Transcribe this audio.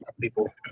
people